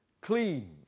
clean